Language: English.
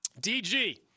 DG